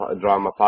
drama